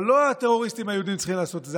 אבל לא הטרוריסטים היהודים צריכים לעשות את זה,